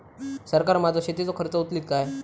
सरकार माझो शेतीचो खर्च उचलीत काय?